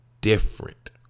different